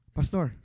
Pastor